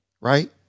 right